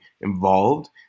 involved